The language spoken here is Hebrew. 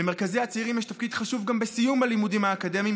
למרכזי הצעירים יש תפקיד חשוב גם בסיום הלימודים האקדמיים,